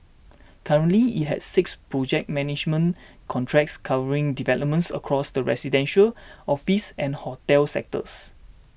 currently it has six project management contracts covering developments across the residential office and hotel sectors